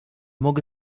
mogę